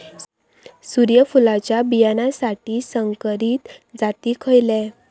सूर्यफुलाच्या बियानासाठी संकरित जाती खयले?